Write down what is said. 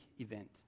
event